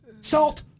Salt